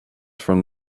from